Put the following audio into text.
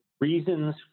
reasons